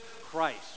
christ